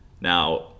Now